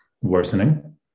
worsening